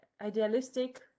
idealistic